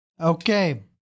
okay